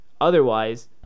Otherwise